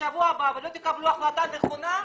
בשבוע הבא ולא תקבלו החלטה נכונה,